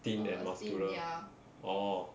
thin and muscular orh